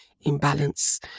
imbalance